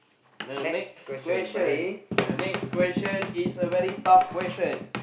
the next question the next question is a very tough question